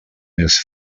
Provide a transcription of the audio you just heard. més